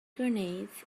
grenades